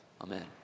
Amen